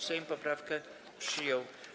Sejm poprawkę przyjął.